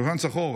השושן צחור,